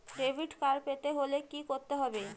Debit card পেতে হলে কি করতে হবে?